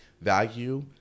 Value